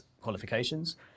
qualifications